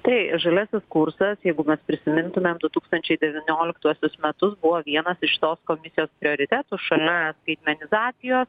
tai žaliasis kursas jeigu mes prisimintumėm du tūkstančiai devynioliktuosius metus buvo vienas iš tos komisijos prioritetų šalia skaitmenizacijos